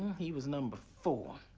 he was number four.